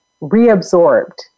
reabsorbed